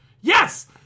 Yes